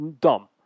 dumb